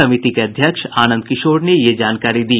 समिति के अध्यक्ष आनंद किशोर ने यह जानकारी दी